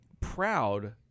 proud